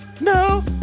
No